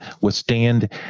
withstand